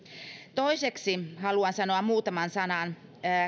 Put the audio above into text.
toiseksi haluan sanoa muutaman sanan